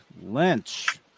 lynch